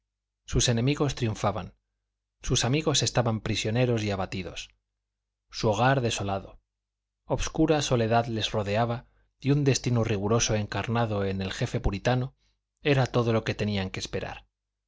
sus enemigos triunfaban sus amigos estaban prisioneros y abatidos su hogar desolado obscura soledad les rodeaba y un destino riguroso encarnado en el jefe puritano era todo lo que tenían que esperar